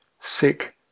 sick